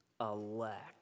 elect